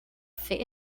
fit